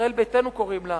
ישראל ביתנו קוראים לה,